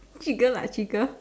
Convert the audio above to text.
trigger lah trigger